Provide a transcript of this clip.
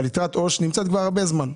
נמצאת כבר הרבה זמן.